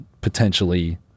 potentially